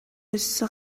өссө